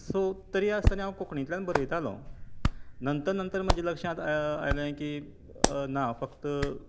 so तरी आसतना हांव कोंकणीतल्यान बरयतालो नंतर नंतर म्हज्या लक्षांत आयलें की ना फक्त